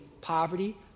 poverty